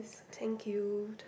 thank you